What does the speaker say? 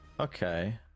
Okay